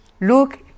look